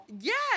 yes